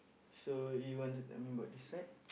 so you want to tell me about this side